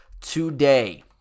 today